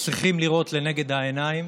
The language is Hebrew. צריכים לראות לנגד העיניים